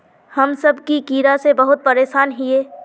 हम सब की कीड़ा से बहुत परेशान हिये?